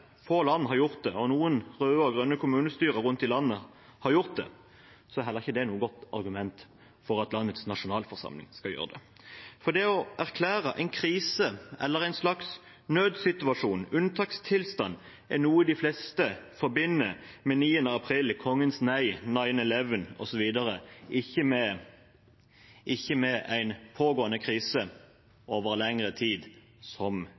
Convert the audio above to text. land har gjort det, og noen røde og grønne kommunestyrer rundt om i landet har gjort det, er heller ikke det noe godt argument for at landets nasjonalforsamling skal gjøre det. Det å erklære en krise eller en slags nødssituasjon – en unntakstilstand – er noe de fleste forbinder med 9. april, Kongens nei, 9/11, osv., ikke med en pågående krise over lengre tid, som